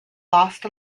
lost